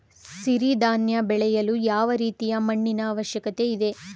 ಸಿರಿ ಧಾನ್ಯ ಬೆಳೆಯಲು ಯಾವ ರೀತಿಯ ಮಣ್ಣಿನ ಅವಶ್ಯಕತೆ ಇದೆ?